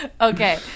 okay